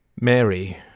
Mary